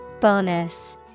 Bonus